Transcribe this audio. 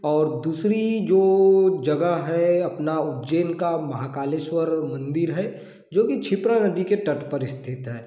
और दूसरी जो जगह है अपना उज्जैन का महाकालेश्वर मंदिर है जोकि छिप्रा नदी के तट पर स्थित है